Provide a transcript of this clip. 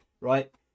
right